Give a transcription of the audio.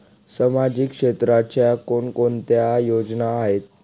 सामाजिक क्षेत्राच्या कोणकोणत्या योजना आहेत?